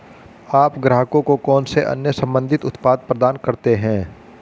आप ग्राहकों को कौन से अन्य संबंधित उत्पाद प्रदान करते हैं?